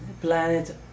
Planet